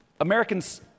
Americans